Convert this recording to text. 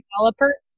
developer